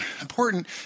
important